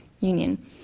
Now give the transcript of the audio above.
Union